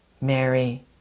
Mary